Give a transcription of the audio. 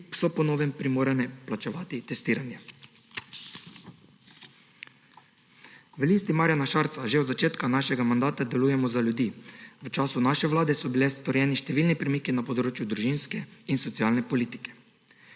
ki so po novem primorane plačevati testiranje. V Listi Marjana Šarca že od začetka našega mandata delujemo za ljudi. V času naše vlade so bili storjeni številni premiki na področju družinske in socialne politike.